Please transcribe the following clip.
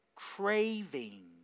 Craving